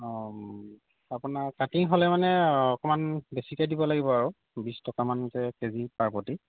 অঁ আপোনাৰ কাটিং হ'লে মানে অকণমান বেছিকৈ দিব লাগিব আৰু বিশ টকা মানকৈ কেজি পাৰ প্ৰতি